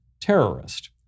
terrorist